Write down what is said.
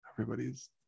everybody's